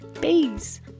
bees